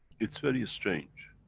it's very strange,